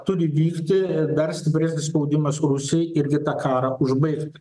turi vykti dar stipresnis spaudimas rusijai irgi tą karą užbaigti